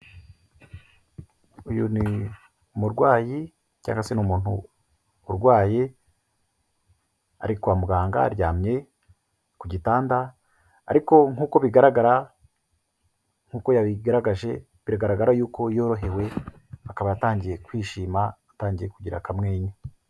Uyu ni umurwayi cyangwa se ni umuntu urwaye, ari kwa muganga aryamye ku gitanda ariko nk'uko bigaragara nk'uko yabigaragaje biragaragara y'uko yorohewe akaba atangiye kwishima atangiye kugira akamwenyu.